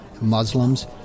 Muslims